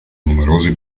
numerosi